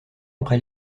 après